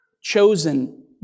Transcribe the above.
chosen